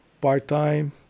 part-time